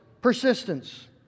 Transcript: persistence